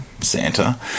santa